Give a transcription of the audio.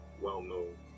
well-known